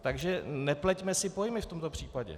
Takže nepleťme si pojmy v tomto případě.